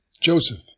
Joseph